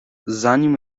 zanim